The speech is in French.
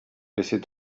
laissez